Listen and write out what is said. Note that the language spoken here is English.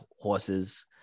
horses